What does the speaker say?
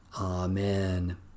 Amen